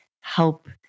help